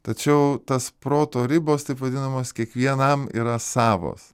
tačiau tas proto ribos taip vadinamos kiekvienam yra savos